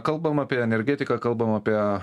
kalbam apie energetiką kalbam apie